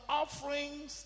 offerings